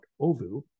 OVU